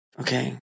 okay